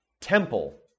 temple